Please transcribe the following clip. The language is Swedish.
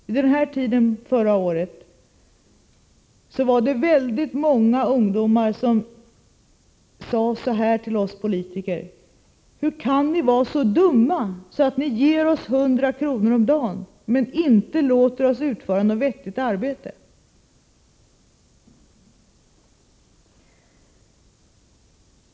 Vid den här tiden förra året sade väldigt många ungdomar till oss politiker: Hur kan ni vara så dumma att ni ger oss 100 kr. om dagen men inte låter oss utföra något vettigt arbete?